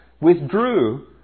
withdrew